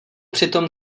přitom